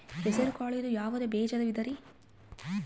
ಹೆಸರುಕಾಳು ಇದು ಯಾವ ಬೇಜದ ವಿಧರಿ?